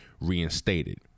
reinstated